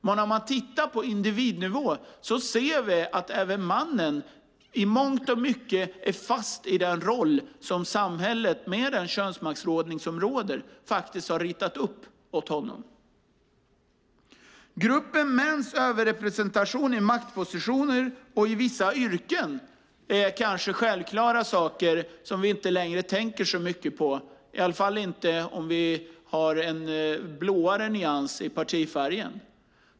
Men på individnivå ser vi att även mannen i mångt och mycket är fast i den roll som samhället, med den könsmaktsordning som råder, faktiskt ritat upp åt honom. Gruppen mäns överrepresentation på maktpositioner och i vissa yrken är kanske självklara saker som vi inte längre tänker så mycket på, i alla fall inte om vi har en blåare nyans i partifärgen.